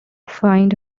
find